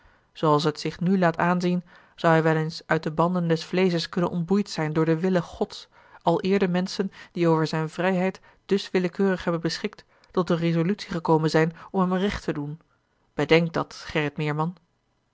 zooals het zich nu laat aanzien zou hij wel eens uit de banden des vleesches kunnen ontboeid zijn door den wille gods aleer de menschen die over zijne vrijheid dus willekeurig hebben beschikt tot de resolutie gekomen zijn om hem recht te doen bedenk dat gerrit meerman